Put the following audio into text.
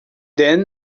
then